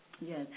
Yes